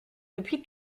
depuis